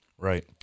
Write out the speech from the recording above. Right